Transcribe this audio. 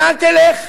לאן תלך?